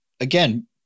again